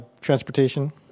transportation